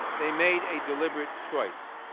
they made a deliberate choice.